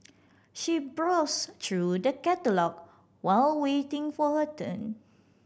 she browsed through the catalogue while waiting for her turn